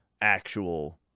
actual